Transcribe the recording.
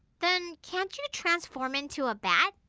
then, can't you transform into a bat?